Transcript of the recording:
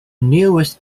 nearest